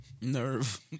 Nerve